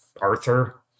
Arthur